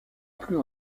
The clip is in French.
plus